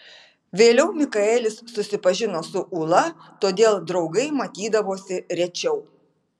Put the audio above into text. vėliau mikaelis susipažino su ūla todėl draugai matydavosi rečiau